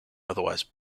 otherwise